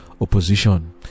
Opposition